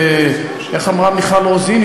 איך אמרה מיכל רוזין?